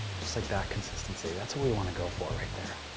just like that consistency. that's where we want to go for right there.